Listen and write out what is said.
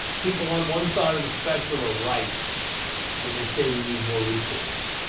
people on one side of the spectrum are right when they say we need more resources.